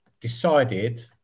decided